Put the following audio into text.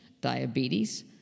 diabetes